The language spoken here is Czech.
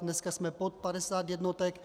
Dneska jsme pod 50 jednotek.